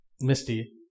Misty